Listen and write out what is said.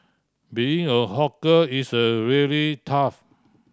being a hawker is really tough